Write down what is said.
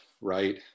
right